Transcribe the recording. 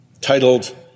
titled